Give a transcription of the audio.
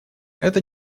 это